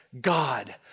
God